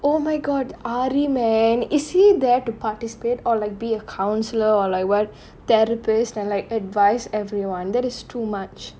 oh my god aari man is he there to participate or like be a counsellor or therapist and like advise everyone that is too much